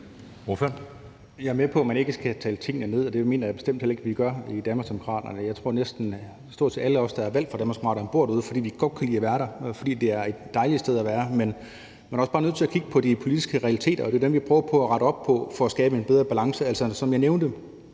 Jeg er med på, at man ikke skal tale tingene ned, og det mener jeg bestemt heller ikke at vi gør i Danmarksdemokraterne. Jeg tror, at næsten stort set alle os, der er valgt fra Danmarksdemokraterne, bor derude, fordi vi godt kan lide at være der, og fordi det er et dejligt sted at være. Men man er også bare nødt til at kigge på de politiske realiteter, og det er jo dem, vi prøver at rette op på for at skabe en bedre balance.